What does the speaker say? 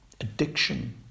addiction